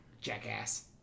jackass